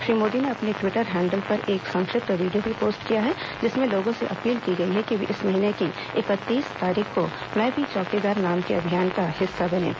श्री मोदी ने अपने Twitter handle पर एक संक्षिप्त वीडियो भी पोस्ट किया है जिसमें लोगों से अपील की गई है कि वे इस महीने की इकतीस तारीख को मैं भी चौकीदार नाम के अभियान का हिस्सा बनें